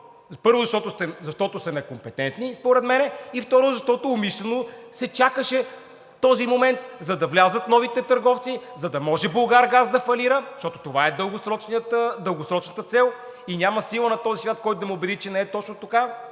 Първо, защото според мен сте некомпетентни, и второ, защото умишлено се чакаше този момент, за да влязат новите търговци, за да може „Булгаргаз“ да фалира, защото това е дългосрочната цел. Няма сила на този свят, която да ме убеди, че не е точно така.